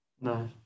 No